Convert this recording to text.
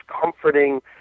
comforting